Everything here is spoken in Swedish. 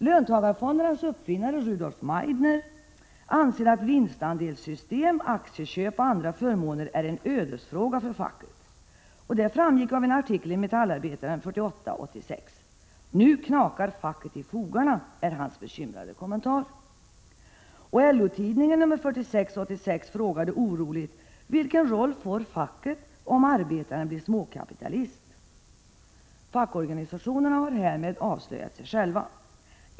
Löntagarfondernas uppfinnare Rudolf Meidner anser att vinstandelssystem, aktieköp och andra förmåner är en ödesfråga för facket. Detta framgick av en artikel i Metallarbetaren nr 46 1986. Nu knakar facket i fogarna, är hans bekymrade kommentar. I LO-tidningen nr 46 1986 ställde man oroligt frågan: Vilken roll får facket om arbetaren blir småkapitalist? Fackorganisationerna har härmed avslöjat sig själva.